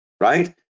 right